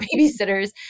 babysitters